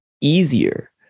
easier